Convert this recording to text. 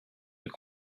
une